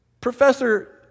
Professor